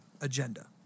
agenda